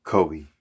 Kobe